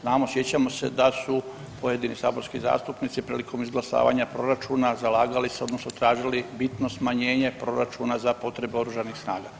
Znamo, sjećamo se da su pojedini saborski zastupnici prilikom izglasavanja proračuna zalagali se odnosno tražili bitno smanjenje proračuna za potrebe Oružanih snaga.